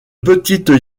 petite